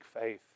faith